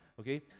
okay